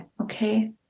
okay